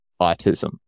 autism